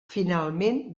finalment